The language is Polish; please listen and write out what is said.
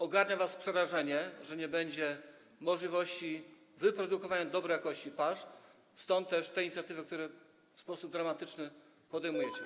Ogarnia was przerażenie, że nie będzie możliwości wyprodukowania dobrej jakości pasz, stad też te inicjatywy, które w sposób dramatyczny podejmujecie.